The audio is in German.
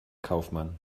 kaufmann